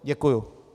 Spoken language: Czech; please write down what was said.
Děkuju.